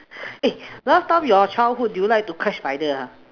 eh last time your childhood do you like to catch spider ah